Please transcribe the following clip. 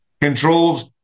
controls